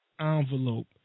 envelope